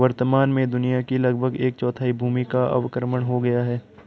वर्तमान में दुनिया की लगभग एक चौथाई भूमि का अवक्रमण हो गया है